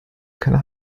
keine